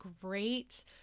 great